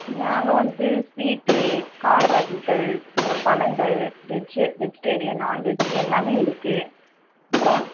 நாங்கள் வந்து ஸ்வீட்டு கார வகைகள் அப்புறம் பழங்கள் வெஜ்ஜு வெஜ்டேரியன் நான்வெஜ் எல்லாமே இருக்குது அப்புறம்